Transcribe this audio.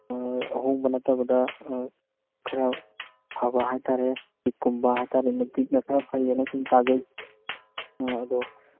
ꯑꯍꯣꯡꯕ ꯅꯠꯇꯕꯗ ꯈꯔ ꯐꯕ ꯍꯥꯏꯇꯥꯔꯦ ꯇꯤꯛꯀꯨꯝꯕ ꯍꯥꯏꯇꯥꯔꯦ ꯇꯤꯛ ꯈꯔ ꯐꯩꯑꯦꯅ ꯁꯨꯝ ꯇꯥꯖꯩ ꯑꯗꯣ